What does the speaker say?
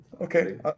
Okay